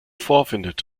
vorfindet